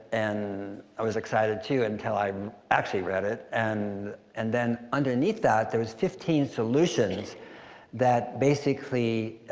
and i was excited, too, until i actually read it. and and then, underneath that, there was fifteen solutions that, basically,